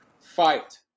fight